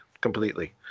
completely